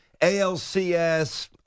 ALCS